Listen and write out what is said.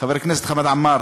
חבר הכנסת חמד עמאר,